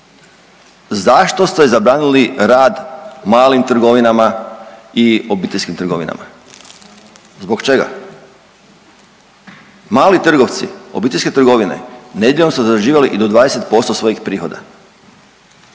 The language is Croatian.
Zašto ste zabranili rad malim trgovinama i obiteljskim trgovinama? Zbog čega? Mali trgovci, obiteljske trgovine nedjeljom su zarađivali i do 20% svojih prihoda.